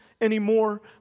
anymore